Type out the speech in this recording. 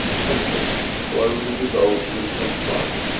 temples slowly dissolving from sight,